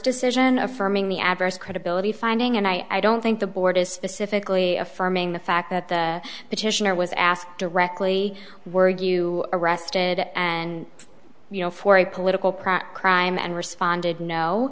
decision affirming the adverse credibility finding and i don't think the board is specifically affirming the fact that the petitioner was asked directly were you arrested and you know for a political pratt crime and responded no